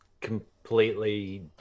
completely